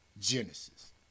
Genesis